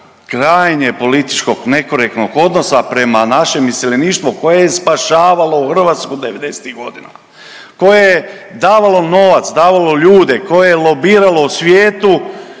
krajnje političkog nekorektnog odnosa prema našem iseljeništvu koje je spašavalo Hrvatsku devedesetih godina koje je davalo novac, davalo ljude, koje je lobiralo u svijetu